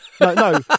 No